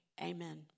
Amen